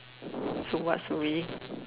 so what's for me